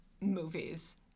movies